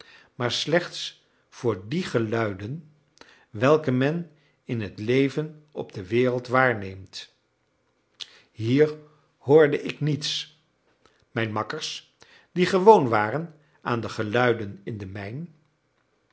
maar slechts voor die geluiden welke men in het leven op de wereld waarneemt hier hoorde ik niets mijn makkers die gewoon waren aan de geluiden in de mijn